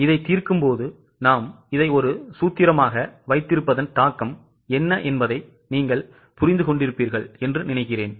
இதை தீர்க்கும் போது இதை ஒரு சூத்திரமாக வைத்திருப்பதன் தர்க்கம் என்ன என்பதை நீங்கள் புரிந்து கொண்டிருப்பீர்கள் என்று நினைக்கிறேன்